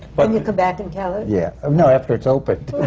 but you come back and tell us? yeah. um no, after it's opened.